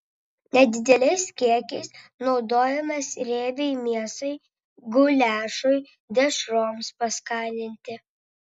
nedideliais kiekiais naudojamas riebiai mėsai guliašui dešroms paskaninti